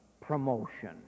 promotion